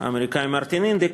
האמריקני מרטין אינדיק,